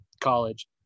college